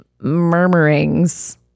murmurings